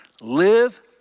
Live